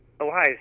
Ohio